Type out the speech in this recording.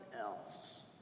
else